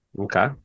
Okay